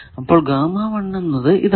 അപ്പോൾ എന്നത് ഇതാണ്